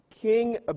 King